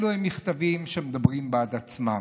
אלו מכתבים שמדברים בעד עצמם.